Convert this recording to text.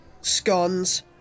Scones